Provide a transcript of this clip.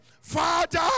Father